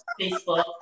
Facebook